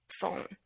phone